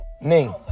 Ning